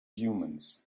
humans